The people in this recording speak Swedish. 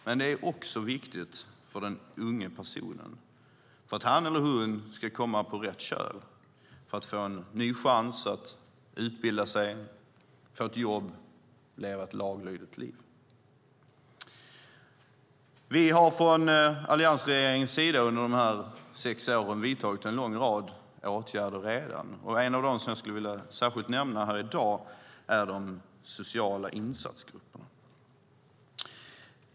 Men det är också viktigt för den unga personen och för att han eller hon ska komma på rätt köl, få en ny chans att utbilda sig, få ett jobb och leva ett laglydigt liv. Vi har från alliansregeringens sida under dessa sex år redan vidtagit en rad åtgärder. En av dem som jag skulle vilja särskilt nämna här i dag är de sociala insatsgrupperna.